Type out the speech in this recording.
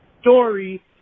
story